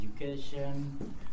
education